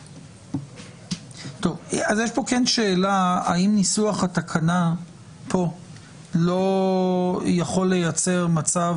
יש פה כן שאלה האם ניסוח התקנה פה לא יכול לייצר מצב